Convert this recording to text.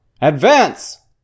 Advance